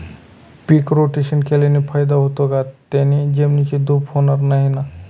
पीक rotation केल्याने फायदा होतो का? त्याने जमिनीची धूप होणार नाही ना?